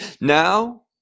Now